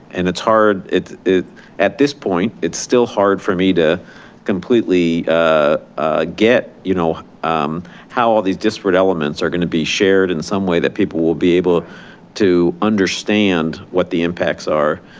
and it's hard it it at this point, it's still hard for me to completely ah get you know how all these disparate elements are going to be shared in some way that people will be able to understand what the impacts are.